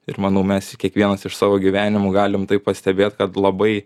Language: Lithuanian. ir manau mes kiekvienas iš savo gyvenimų galim tai pastebėt kad labai